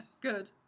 Good